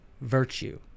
Virtue